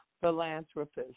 philanthropist